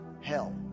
hell